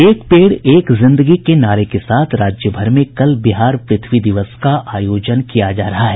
एक पेड़ एक जिंदगी के नारे के साथ राज्यभर में कल बिहार प्रथ्वी दिवस का आयोजन किया जा रहा है